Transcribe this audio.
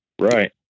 Right